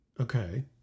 Okay